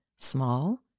Small